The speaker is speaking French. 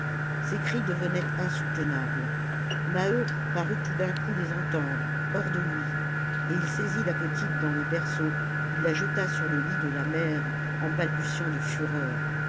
ces cris devenaient insoutenables maheu parut tout d'un coup les entendre hors de lui et il saisit la petite dans le berceau il la jeta sur le lit de la mère en balbutiant de fureur